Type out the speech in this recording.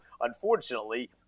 unfortunately